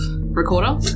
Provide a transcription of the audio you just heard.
recorder